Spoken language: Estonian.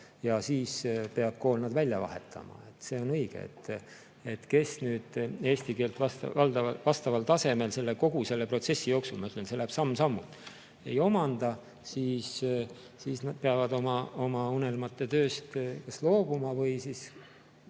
ja siis peab kool nad välja vahetama, see on õige. Kes eesti keelt vastaval tasemel kogu selle protsessi jooksul, mis läheb samm-sammult, ei omanda, see peab oma unelmate tööst kas loobuma või siis